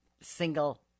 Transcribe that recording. single